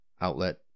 outlet